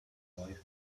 boy